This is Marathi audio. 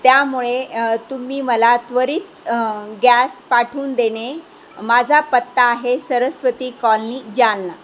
त्यामुळे तुम्ही मला त्वरित गॅस पाठवून देणे माझा पत्ता आहे सरस्वती कॉलनी जालना